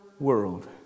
world